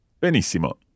Benissimo